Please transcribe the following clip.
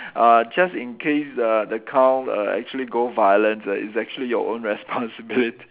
uh just in case uh the cow err actually go violent ah it's actually your own responsibility